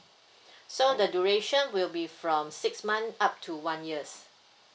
so the duration will be from six month up to one years